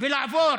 ולעבור